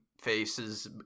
faces